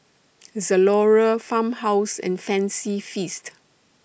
Zalora Farmhouse and Fancy Feast